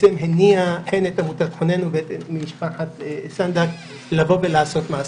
הניעה הן את עמותת חוננו והן את משפחת סנדק לבוא ולעשות מעשה,